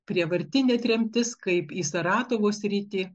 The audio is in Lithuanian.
prievartinė tremtis kaip į saratovo sritį